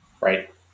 Right